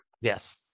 Yes